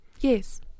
Yes